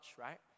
right